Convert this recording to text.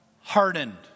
Hardened